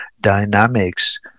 dynamics